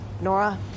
Nora